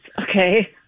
Okay